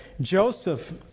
Joseph